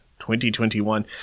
2021